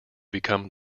become